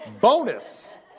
Bonus